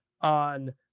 on